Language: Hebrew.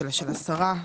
של השרה.